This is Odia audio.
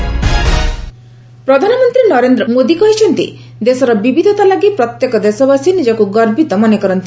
ପିଏମ୍ ମନ୍ କୀ ବାତ୍ ପ୍ରଧାନମନ୍ତ୍ରୀ ନରେନ୍ଦ୍ର ମୋଦି କହିଛନ୍ତି ଦେଶର ବିବିଧତା ଲାଗି ପ୍ରତ୍ୟେକ ଦେଶବାସୀ ନିଜକୁ ଗର୍ବିତ ମନେ କରନ୍ତି